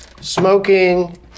Smoking